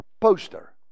poster